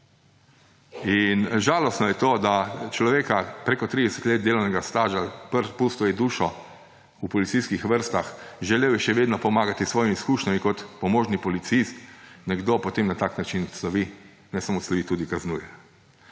Žalostno je to, da človeka z več kot 30 let delovnega staža, pustil je dušo v policijskih vrstah, želel še vedno pomagati s svojimi izkušnjami kot pomožni policist, nekdo potem na tak način odslovi, ne samo odslovi, tudi kaznuje.